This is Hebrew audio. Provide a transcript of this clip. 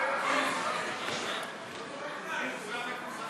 ההצעה להסיר מסדר-היום את הצעת חוק חוק-יסוד: